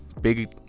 big